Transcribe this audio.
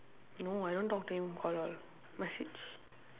no I don't talk to him call lor message